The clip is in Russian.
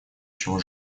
чего